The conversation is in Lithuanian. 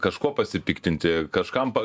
kažkuo pasipiktinti kažkam pa